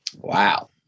Wow